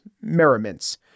merriments